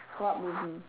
what movie